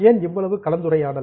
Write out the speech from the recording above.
ஏன் இவ்வளவு கலந்துரையாடல்